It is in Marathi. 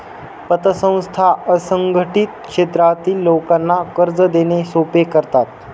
पतसंस्था असंघटित क्षेत्रातील लोकांना कर्ज देणे सोपे करतात